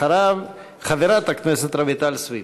אחריו, חברת הכנסת רויטל סויד.